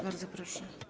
Bardzo proszę.